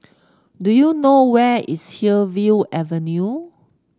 do you know where is Hillview Avenue